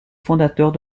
fondateurs